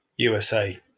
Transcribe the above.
USA